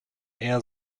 eher